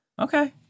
Okay